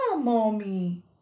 mommy